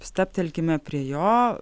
stabtelkime prie jo